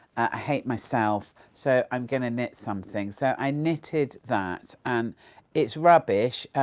i hate myself so i'm gonna knit something! so, i knitted that and it's rubbish,